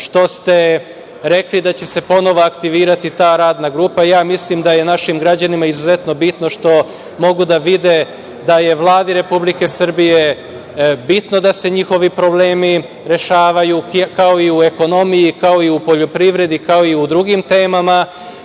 što ste rekli da će se ponovo aktivirati ta radna grupa. Ja mislim da je našim građanima izuzetno bitno što mogu da vide da je Vladi Republike Srbije bitno da se njihovi problemi rešavaju, kao i u ekonomiji, kao i u poljoprivredi, kao i u drugim temama